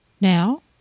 Now